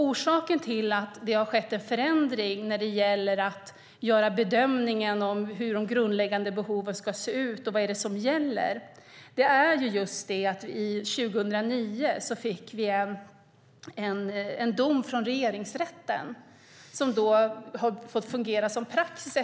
Orsaken till att det skett en förändring när det gäller att bedöma hur de grundläggande behoven ska se ut, vad som gäller, är den dom från Regeringsrätten år 2009 som sedan har fått fungera som praxis.